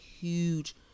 huge